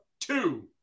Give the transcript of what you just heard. two